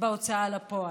בהוצאה לפועל.